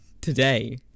today